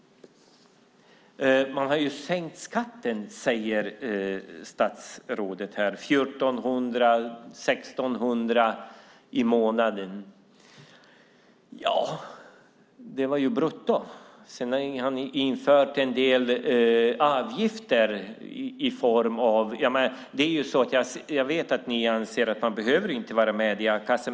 Man har sänkt skatten, säger statsrådet. Det är 1 400 och 1 600 i månaden. Ja, det är brutto. Sedan har ni infört en del avgifter. Jag vet att ni anser att man inte behöver vara med i a-kassan.